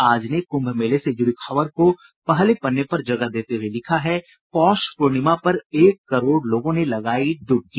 आज ने कुंभ मेले से जुड़ी खबर को पहने पन्ने पर जगह देते हुए लिखा है पौष पूर्णिमा पर एक करोड़ लोगों ने लगायी डुबकी